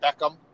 Beckham